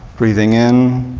breathing in.